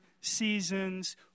seasons